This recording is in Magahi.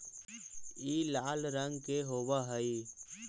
ई लाल रंग के होब हई